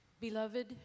Beloved